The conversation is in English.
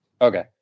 okay